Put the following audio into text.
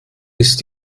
ist